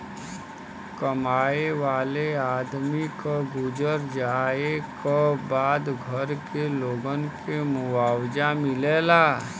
कमाए वाले आदमी क गुजर जाए क बाद घर के लोगन के मुआवजा मिलेला